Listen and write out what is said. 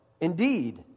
indeed